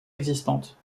existantes